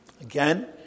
Again